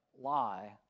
lie